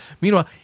Meanwhile